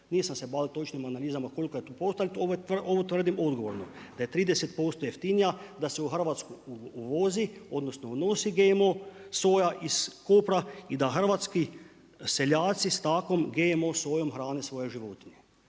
Nisam se bavio točnim analizama koliko je tu posto, ali ovo tvrdim odgovorno da je 30% jeftinija da se u Hrvatsku uvozi, odnosno unosi GMO soja iz Kopra i da hrvatski seljaci s takvom GMO sojom hrane svoje životinje.